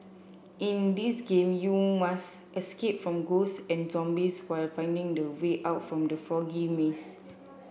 in this game you must escape from ghosts and zombies while finding the way out from the foggy maze